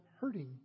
hurting